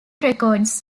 records